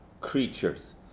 creatures